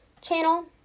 channel